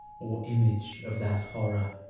or image of that horror?